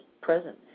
present